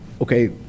Okay